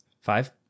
five